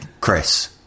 Chris